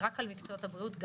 רק על מקצועות הבריאות.